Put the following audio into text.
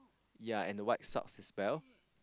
ya and a white socks as well